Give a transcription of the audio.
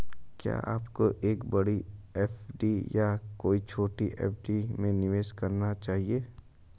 क्या आपको एक बड़ी एफ.डी या कई छोटी एफ.डी में निवेश करना चाहिए?